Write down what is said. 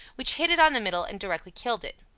which hit it on the middle and directly killed it.